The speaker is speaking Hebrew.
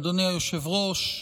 אדוני היושב-ראש,